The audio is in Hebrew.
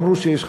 אמרו שיש חצי.